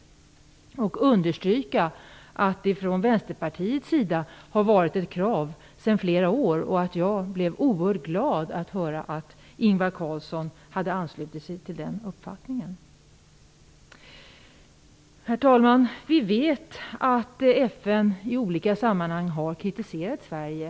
Jag vill också understryka att detta har varit ett krav sedan flera år från Vänsterpartiets sida och att jag blev oerhört glad att höra att Ingvar Carlsson hade anslutit sig till den uppfattningen. Herr talman! Vi vet att FN i olika sammanhang har kritiserat Sverige.